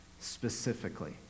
specifically